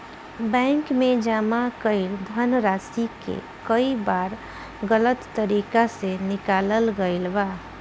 bank में जमा कईल धनराशि के कई बार गलत तरीका से निकालल गईल बा